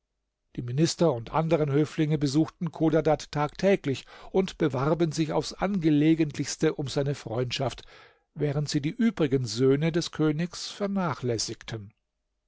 die minister und anderen höflinge besuchten chodadad tagtäglich und bewarben sich aufs angelegentlichste um seine freundschaft während sie die übrigen söhne des königs vernachlässigten